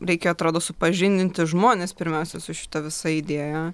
reikėjo atrodo supažindinti žmones pirmiausia su šita visa idėja